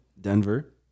Denver